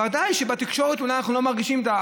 ודאי שבתקשורת אולי אנחנו לא מרגישים את זה,